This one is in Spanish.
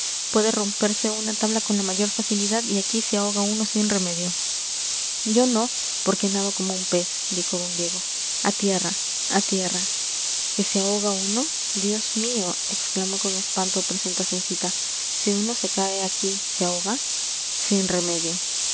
puede romperse una tabla con la mayor facilidad y aquí se ahoga uno sin remedio yo no porque nado como un pez dijo d diego a tierra a tierra que se ahoga uno dios mío exclamó con espanto presentacioncita si uno se cae aquí se ahoga sin remedio